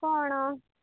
କ'ଣ